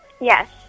Yes